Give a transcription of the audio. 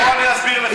בוא אני אסביר לך.